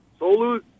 Solu